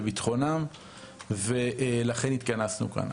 לביטחונם ולכן התכנסנו כאן.